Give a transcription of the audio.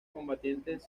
combatientes